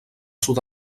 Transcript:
sud